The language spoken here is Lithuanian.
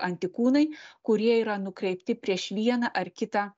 antikūnai kurie yra nukreipti prieš vieną ar kitą